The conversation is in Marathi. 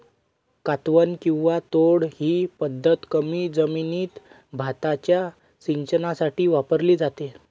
कातवन किंवा तोड ही पद्धत कमी जमिनीत भाताच्या सिंचनासाठी वापरली जाते